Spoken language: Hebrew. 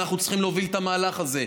ואנחנו צריכים להוביל את המהלך הזה.